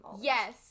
Yes